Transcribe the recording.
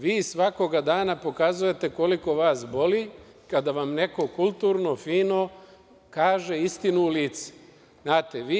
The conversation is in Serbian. Vi svakoga dana pokazujete koliko vas boli kada vam neko kulturno, fino, kaže istinu u licu.